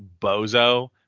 bozo